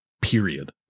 period